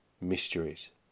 mysteries